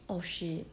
oh shit